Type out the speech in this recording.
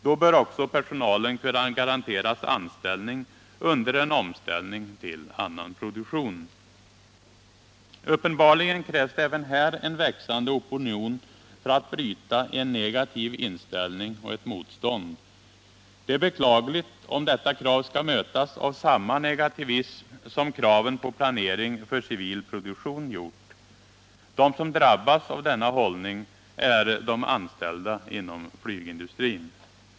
Då bör också personalen kunna garanteras anställning under en omställning till annan produktion. Uppenbarligen krävs det även här en växande opinion för att bryta en negativ inställning och ett motstånd. Det är beklagligt om detta krav skall mötas av samma negativism som kraven på planering för civil produktion har mött. De som drabbas av denna hållning är de anställda inom flygindustrin.